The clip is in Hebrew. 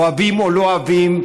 אוהבים או לא אוהבים,